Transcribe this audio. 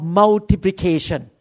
multiplication